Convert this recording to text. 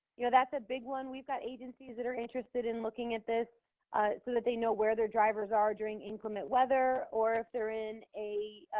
you know, that's a big one. we've got agencies that are interested in looking at this so that they know where their drivers are during inclement weather, or if they're in a,